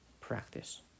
practice